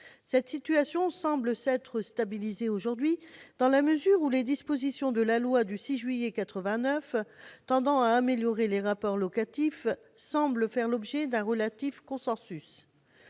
Cette situation semble aujourd'hui stabilisée, dans la mesure où les dispositions de la loi du 6 juillet 1989 tendant à améliorer les rapports locatifs paraissent faire l'objet d'un relatif consensus.